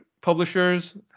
publishers